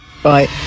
Bye